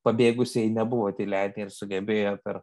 pabėgusieji nebuvo tyleniai ir sugebėjo per